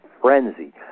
frenzy